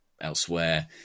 elsewhere